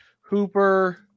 Hooper